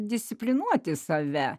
disciplinuoti save